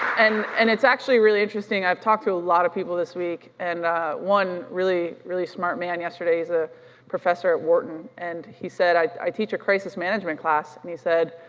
and and it's actually really interesting, i've talked to a lot of people this week and one really, really smart man yesterday, he's a professor at wharton and he said, i teach a crisis management class and he said,